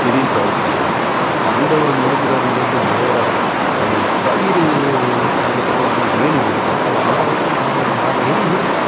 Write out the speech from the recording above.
திடீர்னு தோட்டத்துக்காரரு வந்துட்டாருங்க வந்தவர் முடுக்குகிறாருனு சொல்லிட்டு ஓட அந்த பயிருக்கு அந்த பக்கம் வந்து வேலி போட்டிருந்தாங்க ஒரு ஆறு ஆறு ஆறரை அடி இருக்கும்